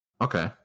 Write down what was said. Okay